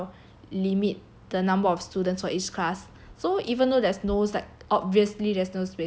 limit the number of students for each class so even though there's no~ like obviously there's no space already